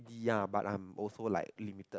ya but I'm also like limited